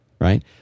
right